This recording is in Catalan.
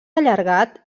allargat